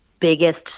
biggest